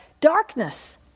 darkness